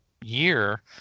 year